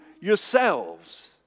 yourselves